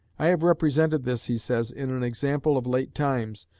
i have represented this, he says, in an example of late times,